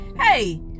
hey